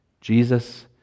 Jesus